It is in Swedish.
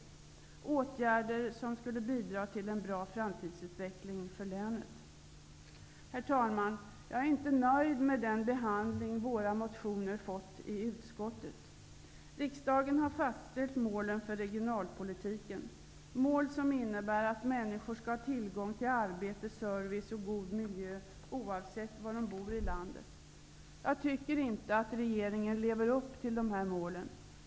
Det är åtgärder som skulle bidra till en bra framtidsutveckling för länet. Herr talman! Jag är inte nöjd med den behandling våra motioner fått i utskottet. Riksdagen har fastställt målen för regionalpolitiken -- mål som innebär att människor skall ha tillgång till arbete, service och god miljö oavsett var de bor i landet. Jag tycker inte att regeringen lever upp till de målen.